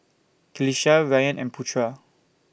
Qalisha Ryan and Putra